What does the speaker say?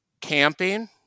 Camping